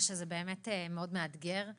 ושזה באמת מאוד מאתגר,